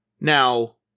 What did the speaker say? Now